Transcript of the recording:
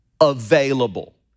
available